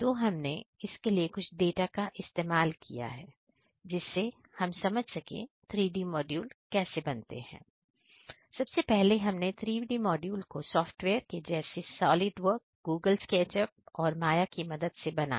तो हमने इसके लिए कुछ डाटा का इस्तेमाल किया है जिससे हम समझ सके 3D मॉड्यूल कैसे बनाते हैं सबसे पहले हमने 3D मॉड्यूल को सॉफ्टवेयर जैसे सॉलि़ड वर्क गूगल स्केचअप और माया की मदद से बनाया